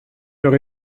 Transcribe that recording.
heure